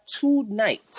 tonight